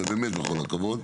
ובאמת בכל הכבוד,